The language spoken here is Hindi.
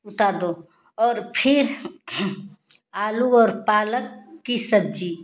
उतार दो और फिर आलू और पालक कि सब्जी